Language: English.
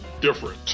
different